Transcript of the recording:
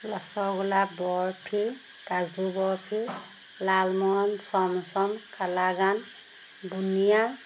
ৰসগোল্লা বৰফি কাজু বৰফি লালমোহন চমচন কালাগান বুনিয়া